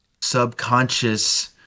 subconscious